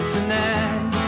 Tonight